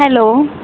hello